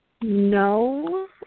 No